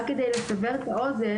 רק כדי לסבר את האוזן,